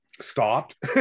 stopped